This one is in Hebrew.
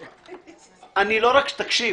תקשיב,